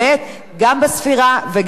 גם בספירה וגם בהצבעה.